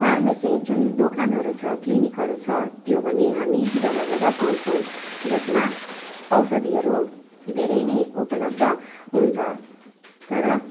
pharmacy जुन दोकानहरू छ क्लिनिकहरू छ त्यो भने हामी जग्गा जग्गा पाउँछौँ जसमा औषधीहरू धेरै नै उपलब्ध हुन्छ तर